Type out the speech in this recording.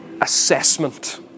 assessment